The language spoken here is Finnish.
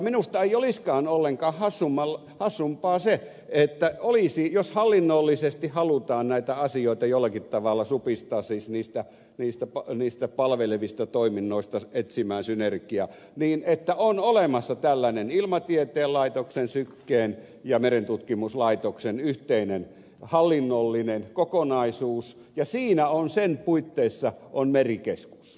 minusta ei olisikaan ollenkaan hassumpaa se jos hallinnollisesti halutaan näitä asioita jollakin tavalla supistaa siis niistä palvelevista toiminnoista etsiä synergiaa että olisi olemassa tällainen ilmatieteen laitoksen syken ja merentutkimuslaitoksen yhteinen hallinnollinen kokonaisuus ja siinä on sen puitteissa merikeskus